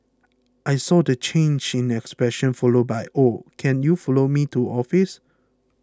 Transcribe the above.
I saw the change in expression followed by oh can you follow me to office